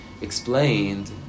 explained